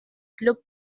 club